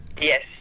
Yes